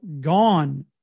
gone